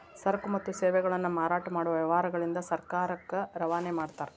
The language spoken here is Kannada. ಸರಕು ಮತ್ತು ಸೇವೆಗಳನ್ನ ಮಾರಾಟ ಮಾಡೊ ವ್ಯವಹಾರಗಳಿಂದ ಸರ್ಕಾರಕ್ಕ ರವಾನೆ ಮಾಡ್ತಾರ